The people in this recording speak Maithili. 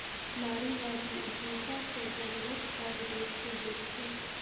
नारीवादी उद्यमिता केर जरूरत सभ देशकेँ होइत छै